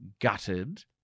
gutted